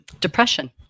depression